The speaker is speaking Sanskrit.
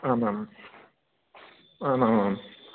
आम् आम् आम् आम् आम्